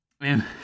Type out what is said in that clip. Man